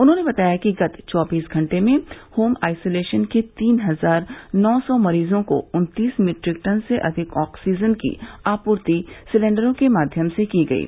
उन्होंने बताया कि गत चौबीस घटे में होम आइसोलेशन के तीन हजार नौ सौ मरीजों को उन्तीस मीट्रिक टन से अधिक अँक्सीजन की आपूर्ति सिलेण्डरों के माध्यम से की गयी